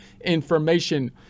Information